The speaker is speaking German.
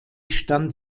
stand